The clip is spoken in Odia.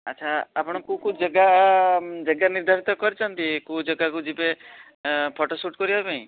ଆଚ୍ଛା ଆପଣ କେଉଁ କେଉଁ ଯାଗା ଯାଗା ନିର୍ଦ୍ଧାରିତ କରିଛନ୍ତି କେଉଁ ଯାଗାକୁ ଯିବେ ଫଟୋସୁଟ୍ କରିବାପାଇଁ